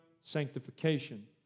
sanctification